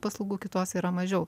paslaugų kitose yra mažiau